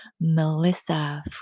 Melissa